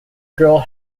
girl